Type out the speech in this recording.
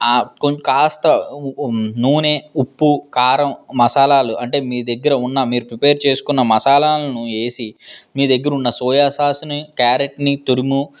కొంచెం కాస్త నూనె ఉప్పు కారం మసాలాలు అంటే మీ దగ్గర ఉన్న మీరు ప్రిపేర్ చేసుకున్న మసాలాలను వేసి మీ దగ్గరున్న సోయాసాస్ని క్యారెట్ని తురుము